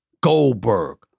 Goldberg